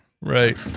Right